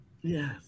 Yes